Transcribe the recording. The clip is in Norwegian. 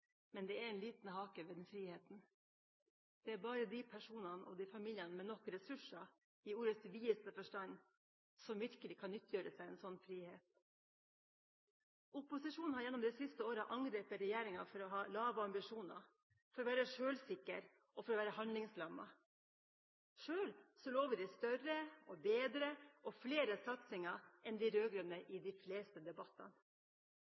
men det er en liten hake ved den friheten. Det er bare de personene og familiene med nok ressurser, i ordets videste forstand, som virkelig kan nyttiggjøre seg en slik frihet. Opposisjonen har gjennom de siste åra angrepet regjeringa for å ha lave ambisjoner, for å være sjølsikker og for å være handlingslammet. Sjøl lover de større, bedre og flere satsinger enn de rød-grønne i